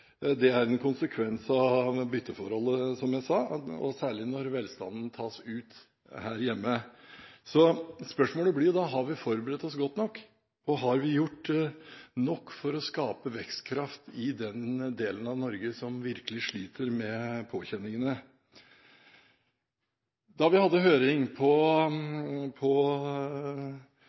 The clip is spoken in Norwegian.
Det er en konsekvens av bytteforholdet, som jeg sa, og særlig når velstanden tas ut her hjemme. Så spørsmålene blir da: Har vi forberedt oss godt nok? Og har vi gjort nok for å skape vekstkraft i den delen av Norge som virkelig sliter med påkjenningene? Da vi hadde høring